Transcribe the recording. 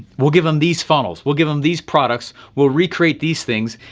we'll give them these funnels, we'll give them these products, we'll recreate these things.